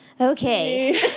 okay